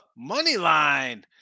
Moneyline